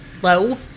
Hello